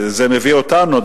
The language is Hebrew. זה מביא אותנו,